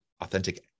authentic